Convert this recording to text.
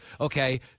Okay